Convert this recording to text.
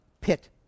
pit